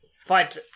fight